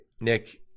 Nick